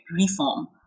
reform